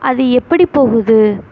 அது எப்படி போகுது